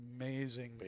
amazing